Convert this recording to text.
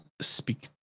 speak